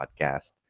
podcast